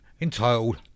entitled